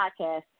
podcast